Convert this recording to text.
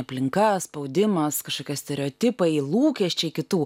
aplinka spaudimas kažkokie stereotipai lūkesčiai kitų